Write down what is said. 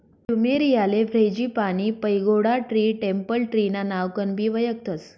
फ्लुमेरीयाले frangipani, pagoda tree, temple tree ना नावकनबी वयखतस